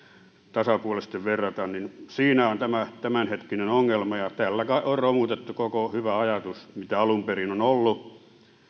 tasapuolisesti verrata siinä on tämä tämänhetkinen ongelma ja tällä on romutettu koko hyvä ajatus mitä alun perin on ollut